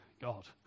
God